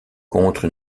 contre